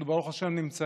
אנחנו, ברוך השם, נמצאים